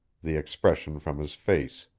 the expression from his face,